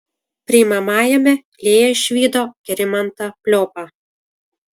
priimamajame lėja išvydo gerimantą pliopą